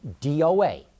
DOA